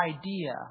idea